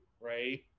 right